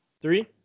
Three